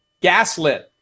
gaslit